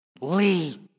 Lee